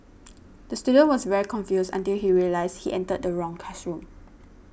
the student was very confused until he realised he entered the wrong classroom